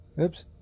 Oops